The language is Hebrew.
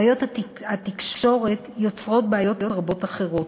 בעיות התקשורת יוצרות בעיות רבות אחרות,